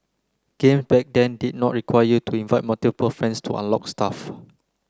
game back then did not require you to invite multiple friends to unlock stuff